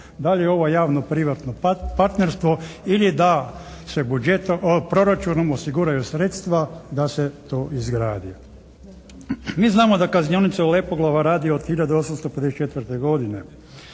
Da li je ovo javno-privatno partnerstvo ili da se proračunom osiguraju sredstva da se to izgradi. Mi znamo da kaznionica Lepoglava radi od 1854. godine.